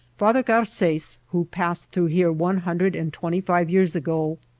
father garces, who passed through here one hundred and twenty-five years ago,